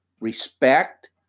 respect